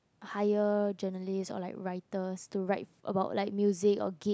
hire journalist or like writers to write about like music or Gig